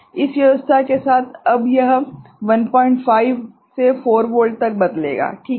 इस व्यवस्था के साथ अब यह 15 से 4 वोल्ट तक बदलेगा ठीक है